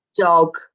dog